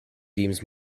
deems